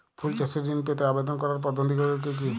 ফুল চাষে ঋণ পেতে আবেদন করার পদ্ধতিগুলি কী?